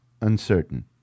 Uncertain